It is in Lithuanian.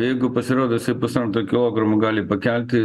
jeigu pasirodo jisai pusantro kilogramo gali pakelti